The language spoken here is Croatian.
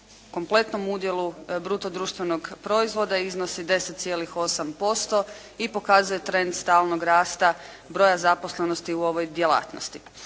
kompletnom udjelu bruto društvenog proizvoda iznosi 10,8% i pokazuje trend stalnog rasta broja zaposlenosti u ovoj djelatnosti.